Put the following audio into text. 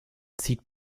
zieht